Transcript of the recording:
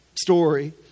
story